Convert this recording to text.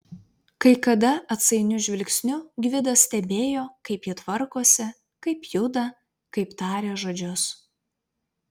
kai kada atsainiu žvilgsniu gvidas stebėjo kaip ji tvarkosi kaip juda kaip taria žodžius